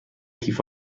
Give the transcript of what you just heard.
کیف